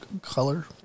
color